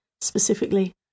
specifically